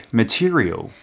material